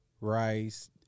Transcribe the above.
rice